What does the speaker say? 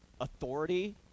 authority